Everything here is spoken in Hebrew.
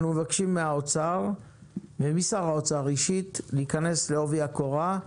אנו מבקשים מהאוצר ומשר האוצר אישית להיכנס לעובי הקורה,